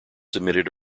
submitted